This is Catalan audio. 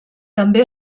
també